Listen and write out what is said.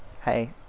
hey